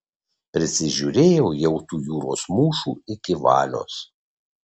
prisižiūrėjau jau tų jūros mūšų iki valios